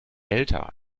älter